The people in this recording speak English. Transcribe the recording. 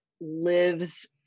Lives